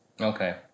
Okay